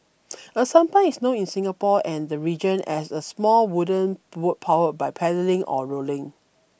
a sampan is known in Singapore and the region as a small wooden boat powered by paddling or rowing